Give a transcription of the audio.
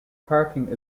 parking